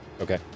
Okay